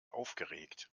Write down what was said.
aufgeregt